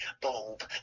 bulb